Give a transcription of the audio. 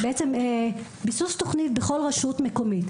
זה ביסוס תוכנית בכל רשות מקומית.